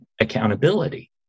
accountability